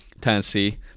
tennessee